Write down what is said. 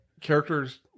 characters